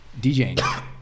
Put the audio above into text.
DJing